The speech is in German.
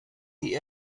die